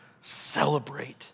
celebrate